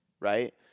right